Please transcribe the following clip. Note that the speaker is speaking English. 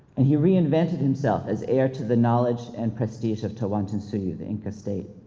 and he reinvented himself as heir to the knowledge and prestige of tawantinsuyu, the inca state.